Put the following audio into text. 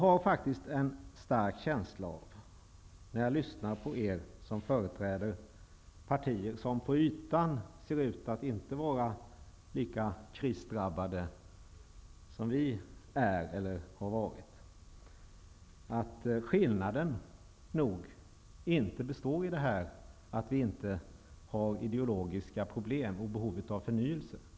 När jag lyssnar på er som företräder partier som på ytan ser ut att inte vara lika krisdrabbade som vi är eller har varit, har jag en stark känsla av att skillnaden nog inte består i att ni inte har ideologiska problem och behov av förnyelse.